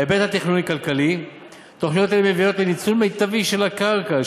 בהיבט התכנוני-כלכלי תוכניות אלה מביאות לניצול מיטבי של הקרקע,